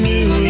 New